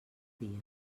dia